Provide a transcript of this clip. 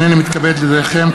הנני מתכבד להודיעכם,